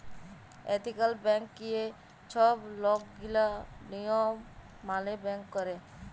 ethical ব্যাংকিংয়ে ছব লকগিলা লিয়ম মালে ব্যাংক ক্যরে